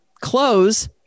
close